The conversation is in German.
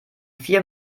vier